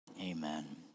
Amen